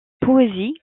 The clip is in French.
poésie